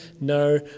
no